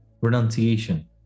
renunciation